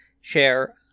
share